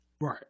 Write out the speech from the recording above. Right